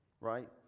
right